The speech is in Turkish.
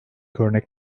örnek